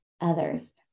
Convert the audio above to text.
others